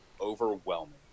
overwhelming